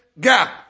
gap